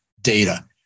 data